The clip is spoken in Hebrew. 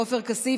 עופר כסיף,